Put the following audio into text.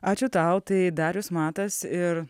ačiū tau tai darius matas ir